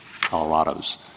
Colorado's